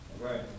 Right